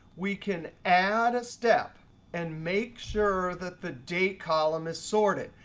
we can add a step and make sure that the date column is sorted.